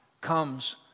comes